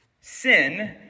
Sin